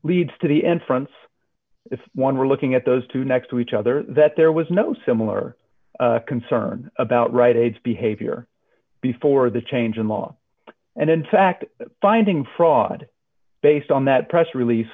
leads to the end fronts if one were looking at those two next to each other that there was no similar concern about right age behavior before the change in law and in fact finding fraud based on that press release